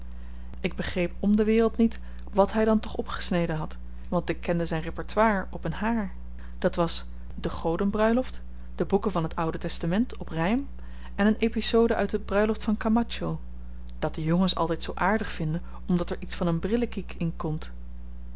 ik begreep m de wereld niet wàt hy dan toch opgesneden had want ik kende zyn repertoire op een haar dat was de godenbruiloft de boeken van het oude testament op rym en een epizode uit de bruiloft van kamacho dat de jongens altyd zoo aardig vinden omdat er iets van een brillekiek in komt